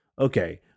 okay